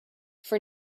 for